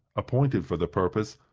appointed for the purpose,